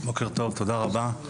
בוקר טוב, תודה רבה.